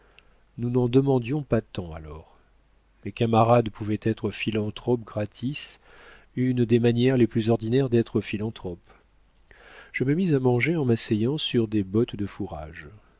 nous n'en demandions pas tant alors les camarades pouvaient être philanthropes gratis une des manières les plus ordinaires d'être philanthrope je me mis à manger en m'asseyant sur des bottes de fourrage